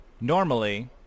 Normally